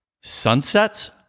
Sunsets